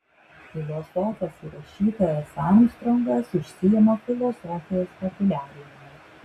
filosofas ir rašytojas armstrongas užsiima filosofijos populiarinimu